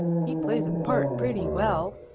he plays a part pretty well,